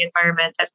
environment